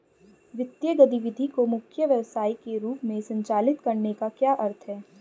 वित्तीय गतिविधि को मुख्य व्यवसाय के रूप में संचालित करने का क्या अर्थ है?